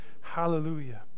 Hallelujah